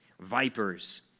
vipers